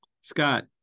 Scott